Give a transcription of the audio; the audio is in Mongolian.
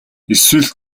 эсвэл